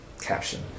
Caption